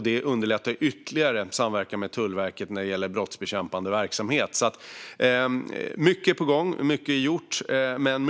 Detta underlättar ytterligare samverkan med Tullverket när det gäller brottsbekämpande verksamhet. Mycket är gjort, och mycket är på gång.